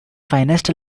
finest